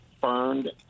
burned